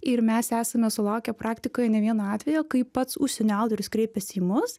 ir mes esame sulaukę praktikoje ne vieno atvejo kai pats užsienio autorius kreipiasi į mus